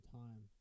time